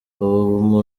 ubu